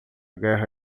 guerra